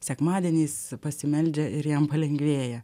sekmadieniais pasimeldžia ir jam palengvėja